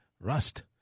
Rust